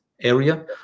area